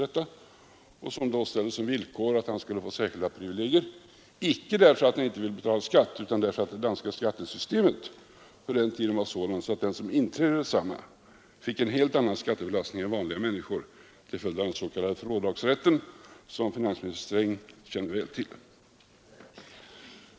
Han ställde då som villkor att få särskilda privilegier, icke därför att han inte ville betala skatt utan därför att det danska skattesystemet var sådant att den som inträdde i detsamma fick en helt annan skattebelastning än vanliga människor till följd av den s.k. fraadragsrätten, som finansminister Sträng känner väl till.